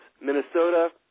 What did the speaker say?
Minnesota